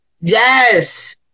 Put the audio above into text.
Yes